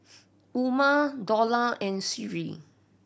Umar Dollah and Sri